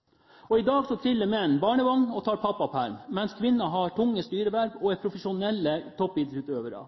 selvfølgelighet. I dag triller menn barnevogn og tar pappaperm, mens kvinner har tunge styreverv og er profesjonelle toppidrettsutøvere.